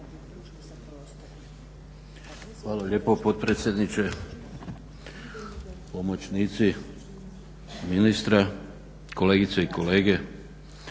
Hvala lijepo potpredsjedniče. Pomoćnici ministra, kolegice i kolege.